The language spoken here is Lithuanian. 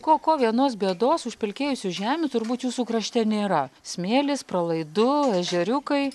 ko ko vienos bėdos užpelkėjusių žemių turbūt jūsų krašte nėra smėlis pralaidu ežeriukai